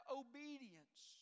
obedience